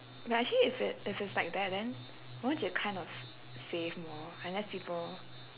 but actually if it if it's like that then won't you kind of s~ save more unless people